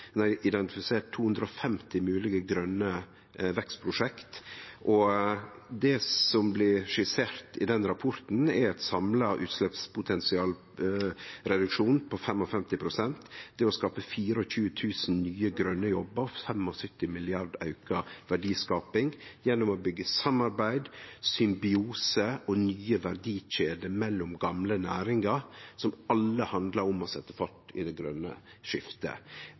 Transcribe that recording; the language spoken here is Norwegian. Ein har identifisert 250 moglege grøne vekstprosjekt. Det som blir skissert i rapporten, er eit samla potensial for utsleppsreduksjon på 55 pst., å skape 24 000 nye grøne jobbar og 75 mrd. kr auka verdiskaping gjennom å byggje samarbeid, symbiose og nye verdikjeder mellom gamle næringar, som alle handlar om å setje fart i det grøne skiftet.